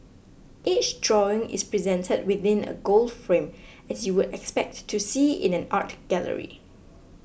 each drawing is presented within a gold frame as you would expect to see in an art gallery